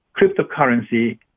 cryptocurrency